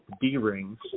d-rings